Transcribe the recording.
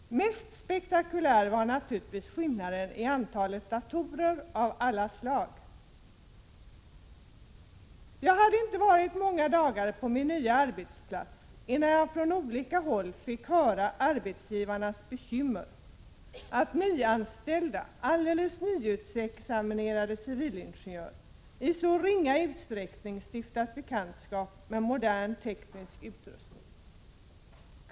Mest spektakulär var naturligtvis skillnaden i antalet datorer av alla slag. Jag hade inte varit många dagar på min nya arbetsplats innan jag från olika håll fick höra arbetsgivarnas bekymmer över att nyanställda nyexaminerade civilingenjörer i så ringa utsträckning stiftat bekantskap med modern teknisk utrustning.